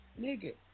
nigga